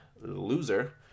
loser